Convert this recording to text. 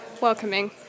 welcoming